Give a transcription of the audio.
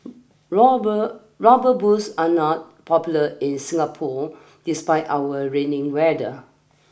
robber rubber boots are not popular in Singapore despite our raining weather